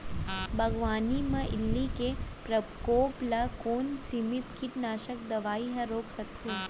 बागवानी म इल्ली के प्रकोप ल कोन सीमित कीटनाशक दवई ह रोक सकथे?